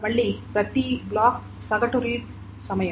మళ్లీ ఈ ప్రతి బ్లాక్ సగటు రీడ్ సమయం